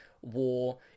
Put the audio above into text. war